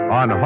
on